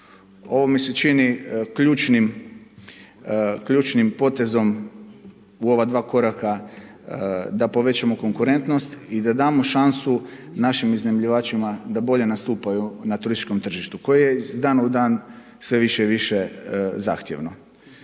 Ovo mi se čini ključnim potezom u ova dva koraka da povećamo konkurentnost i da damo šansu našim iznajmljivačima da bolje nastupaju na turističkom tržištu, koje je iz dana u dan sve više i više zahtjevno.